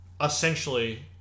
essentially